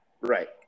right